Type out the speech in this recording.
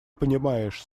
понимаешь